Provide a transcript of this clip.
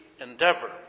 endeavor